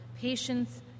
patience